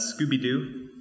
Scooby-Doo